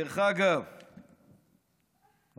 דרך אגב, האלוהים,